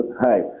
Hi